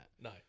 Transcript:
no